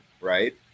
right